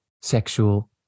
sexual